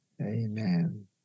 Amen